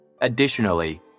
Additionally